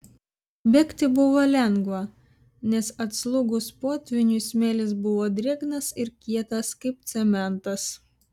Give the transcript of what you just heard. bėgti buvo lengva nes atslūgus potvyniui smėlis buvo drėgnas ir kietas kaip cementas